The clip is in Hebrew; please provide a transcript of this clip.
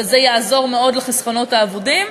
וזה יעזור מאוד בעניין החסכונות האבודים.